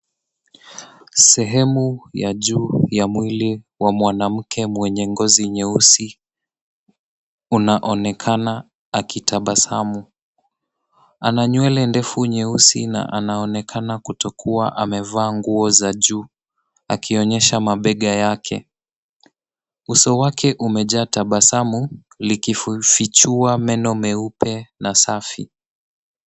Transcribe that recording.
Sehemu ya juu ya mwili wa mwanamke mwenye ngozi nyeusi unaonekana akitabasamu. Ana nywele ndefu nyeusi na anaonekana kutokuwa amevaa nguo za juu, akionyesha mabega yake. Uso wake umejaa tabasamu likifichua meno meupe na safi.